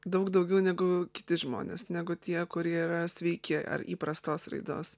daug daugiau negu kiti žmonės negu tie kurie yra sveiki ar įprastos raidos